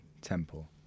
temple